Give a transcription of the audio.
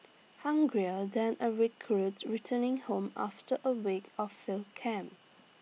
hungrier than A recruit returning home after A week of field camp